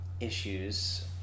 issues